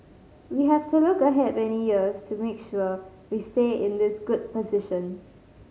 we have to look ahead many years to make sure we stay in this good position